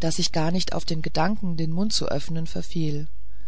daß ich gar nicht auf den gedanken den mund zu öffnen verfiel